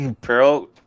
Pearl